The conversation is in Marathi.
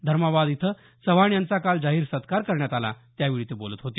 धर्माबाद इथं चव्हाण यांचा काल जाहीर सत्कार करण्यात आला त्यावेळी ते बोलत होते